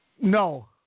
no